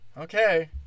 Okay